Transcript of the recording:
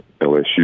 LSU